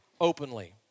openly